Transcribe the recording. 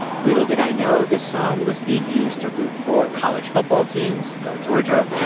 little did i know the song was being used to root for college football teams go georgia.